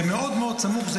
זה מאוד מאוד סמוך.